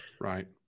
Right